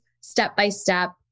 step-by-step